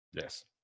Yes